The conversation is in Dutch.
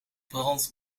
brandt